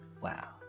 Wow